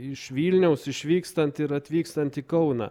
iš vilniaus išvykstant ir atvykstant į kauną